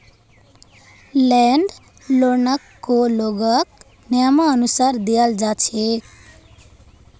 land लोनकको लोगक नियमानुसार दियाल जा छेक